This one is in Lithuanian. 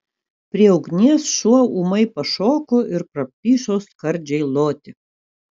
prie ugnies šuo ūmai pašoko ir praplyšo skardžiai loti